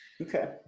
okay